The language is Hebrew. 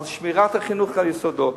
על שמירת החינוך, על יסודות.